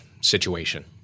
situation